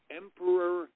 emperor